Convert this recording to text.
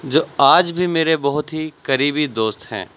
جو آج بھی میرے بہت ہی قریبی دوست ہیں